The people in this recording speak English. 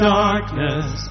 darkness